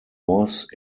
was